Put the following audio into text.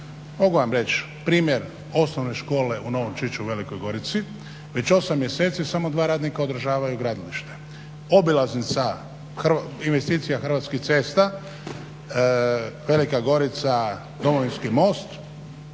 Mogu vam reći primjer osnovne škole u Novom Čiču u Velikoj Gorici već 8 mjeseci samo dva radnika održavaju gradilište. Obilaznica, investicija Hrvatskih cesta, Velika Gorica-Domovinski most